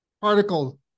particle